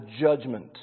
judgment